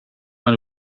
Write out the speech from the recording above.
man